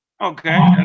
Okay